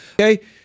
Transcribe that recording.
Okay